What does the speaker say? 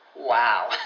Wow